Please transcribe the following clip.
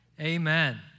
Amen